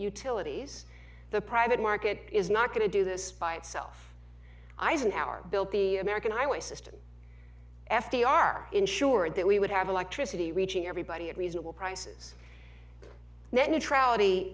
utilities the private market is not going to do this by itself eisenhower built the american highways system f d r ensured that we would have electricity reaching everybody at reasonable prices net neutrality